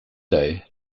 day